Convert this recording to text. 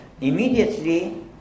immediately